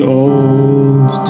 old